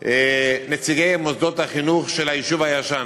נציגי מוסדות החינוך של היישוב הישן,